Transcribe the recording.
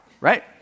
right